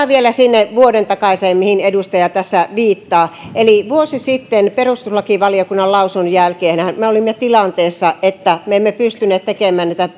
vielä sinne vuoden takaiseen mihin edustaja tässä viittaa eli vuosi sitten perustuslakivaliokunnan lausunnon jälkeenhän me olimme tilanteessa että me emme pystyneet tekemään niitä